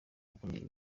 gukumira